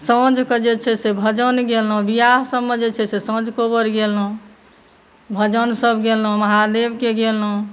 साँझक जे छै से भजन गेलहुँ ब्याहसभमे जे छै से सांझ कोहबर गेलहुँ भजनसभ गेलहुँ महादेवक गेलहुँ